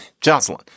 Jocelyn